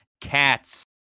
cat's